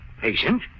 Patient